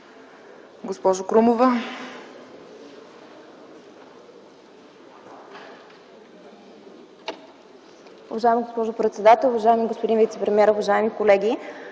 госпожо Крумова.